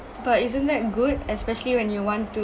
but isn't that good especially when you want